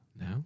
No